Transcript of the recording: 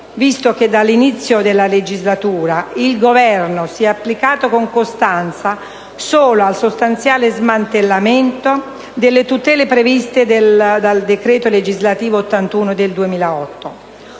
visto che dall'inizio della legislatura il Governo si è applicato con costanza solo al sostanziale smantellamento delle tutele previste dal decreto legislativo n. 81 del 2008.